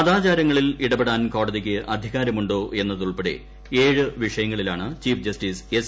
മതാചാരങ്ങളിൽ ഇടപെടാൻ കോടതിക്ക് അധികാരമുണ്ടോ എന്നതുൾപ്പെടെ ഏഴ് വിഷയങ്ങളിലാണ് ചീഫ് ജസ്റ്റിസ് എസ്